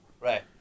Right